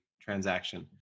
transaction